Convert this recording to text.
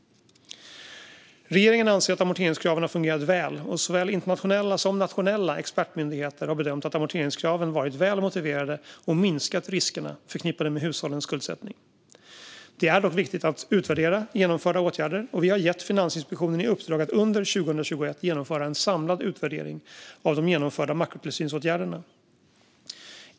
Regeringen anser att amorteringskraven har fungerat väl, och såväl internationella som nationella expertmyndigheter har bedömt att amorteringskraven varit väl motiverade och minskat riskerna förknippade med hushållens skuldsättning. Det är dock viktigt att utvärdera genomförda åtgärder, och vi har gett Finansinspektionen i uppdrag att under 2021 genomföra en samlad utvärdering av de genomförda makrotillsynsåtgärderna.